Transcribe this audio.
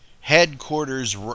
Headquarters